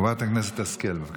חברת הכנסת השכל, בבקשה.